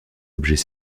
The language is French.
objets